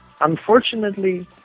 Unfortunately